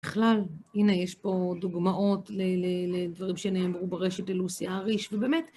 בכלל, הנה, יש פה דוגמאות לדברים שנאמרו ברשת ללוסי אהריש, ובאמת...